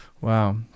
Wow